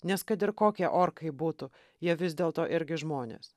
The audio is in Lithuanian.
nes kad ir kokie orkai būtų jie vis dėlto irgi žmonės